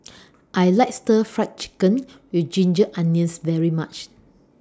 I like Stir Fried Chicken with Ginger Onions very much